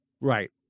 Right